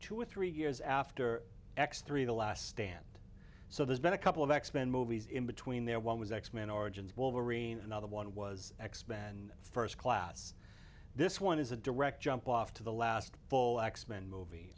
two or three years after x three the last stand so there's been a couple of expending movies in between there one was x men origins wolverine another one was xpand first class this one is a direct jump off to the last full x men movie